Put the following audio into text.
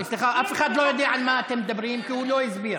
אף אחד לא יודע על מה אתם מדברים כי הוא לא הסביר.